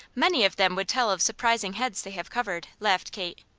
many of them would tell of surprising heads they have covered, laughed kate.